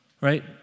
right